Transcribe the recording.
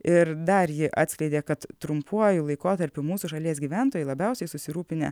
ir dar ji atskleidė kad trumpuoju laikotarpiu mūsų šalies gyventojai labiausiai susirūpinę